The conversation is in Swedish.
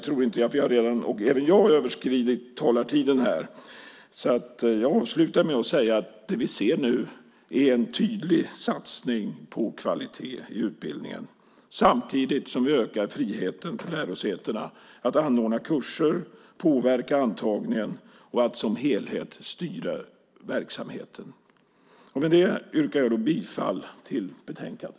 Även jag har överskridit talartiden här, så jag avslutar med att säga att det vi ser nu är en tydlig satsning på kvalitet i utbildningen samtidigt som vi ökar friheten för lärosätena att anordna kurser, påverka antagningen och som helhet styra verksamheten. Med det yrkar jag bifall till förslaget i betänkandet.